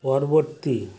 পরবর্তী